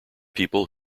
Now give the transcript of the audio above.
people